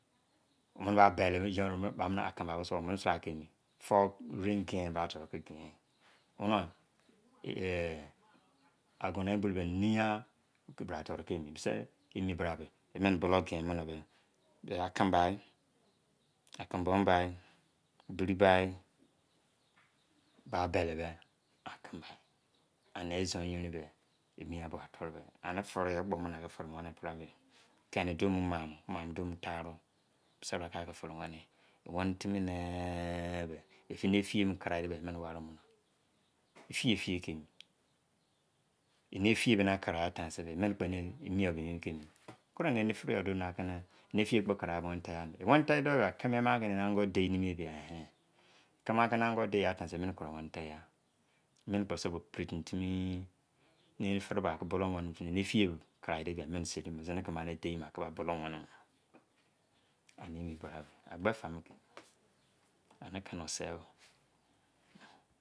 Omene bu fere-fon ye ke kice nuwa ansonowai bulu bu niya ebi tom ba ke mi, emene bulon tcene beh keme bo bai diri bai be dere dei ene me izon yenia beh eni pa-foru, fere wene e-pero-mo, thone doma, misi bra tce fene wene, wene timi ne fili mene wene ware mune, fiye fiye tce emi, eni fiye sai tcare times mene tenu mi ya wane ne mune, wene tun be kene yoi tce emi ango dei keme ango da yese mene koro ke koromene, mena presi pena fimi, ye fa de bra ki bulu wene mune eni emi bra.